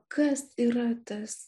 kas yra tas